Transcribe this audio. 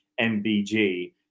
MBG